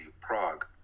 Prague